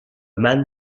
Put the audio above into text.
man